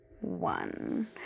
one